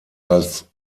als